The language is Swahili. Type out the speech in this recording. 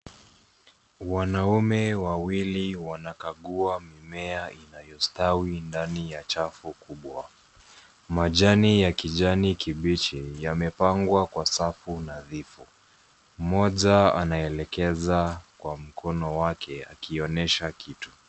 Wanaume wawili wanakagua mimea inayostawi ndani ya chafu kubwa, majani ya kijani kibichi yamepangwa kwa safu nadhifu moja anaelekeza kwa mkono wake akionyesha kitu.